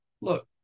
Look